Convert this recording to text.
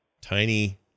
Tiny